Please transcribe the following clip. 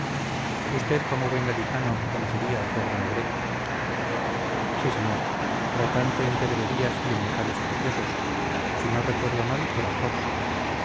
usted como buen gaditano conocería al pobre negretti sí señor tratante en pedrerías y en metales preciosos si no recuerdo mal era corso